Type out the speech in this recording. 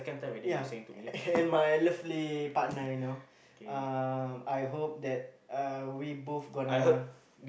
ya and my lovely partner you know um I hope that uh we both gonna